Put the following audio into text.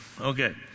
Okay